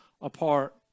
apart